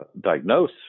diagnose